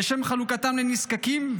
לשם חלוקתם לנזקקים.